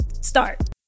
start